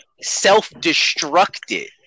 self-destructed